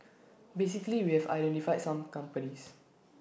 basically we have identified some companies